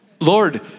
Lord